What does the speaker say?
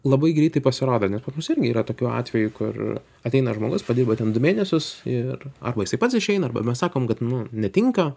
labai greitai pasirodė nes pas mus irgi yra tokių atvejų kur ateina žmogus padirba ten du mėnesius ir arba jisai pats išeina arba mes sakom kad nu netinka